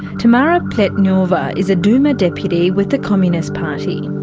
tamara pletnyova is a duma deputy with the communist party.